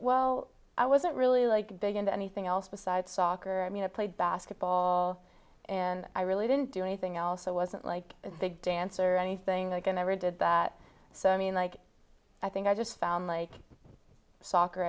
well i wasn't really like big into anything else besides soccer i mean i played basketball and i really didn't do anything else so i wasn't like the big dance or anything that can ever did that so i mean like i think i just found like soccer